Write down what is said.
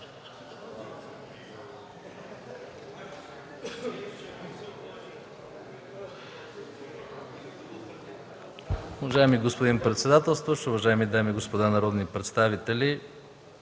Уважаеми господин председател, уважаеми дами и господа народни представители,